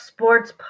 Sports